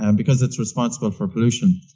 and because it's responsible for pollution.